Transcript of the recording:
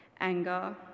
anger